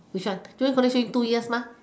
which one junior college only two years mah